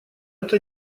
это